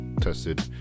tested